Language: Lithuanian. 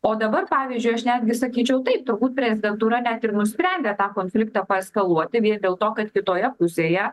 o dabar pavyzdžiui aš netgi sakyčiau tai turbūt prezidentūra net ir nusprendė tą konfliktą paeskaluoti vien dėl to kad kitoje pusėje